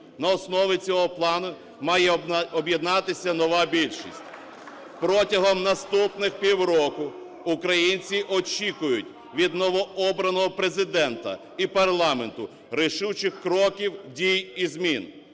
На основі цього плану має об'єднатися нова більшість. Протягом наступних півроку українці очікують від новообраного Президента і парламенту рішучих кроків, дій і змін.